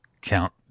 count